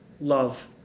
love